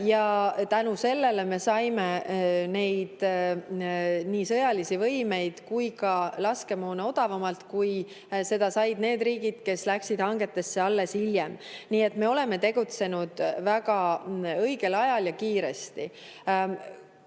Tänu sellele me saime nii sõjalisi võimeid kui ka laskemoona odavamalt, kui said need riigid, kes korraldasid hanked alles hiljem. Nii et me oleme tegutsenud väga õigel ajal ja kiiresti.